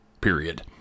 period